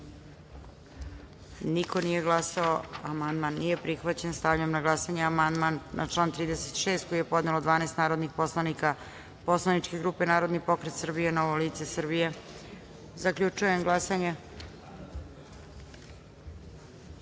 Niko nije glasao. Skupština nije prihvatila ovaj amandman. Stavljam na glasanje amandman na član 36. koji je podnelo 12 narodnih poslanika Poslaničke grupe Narodni pokret Srbije – Novo lice Srbije. Zaključujem glasanje: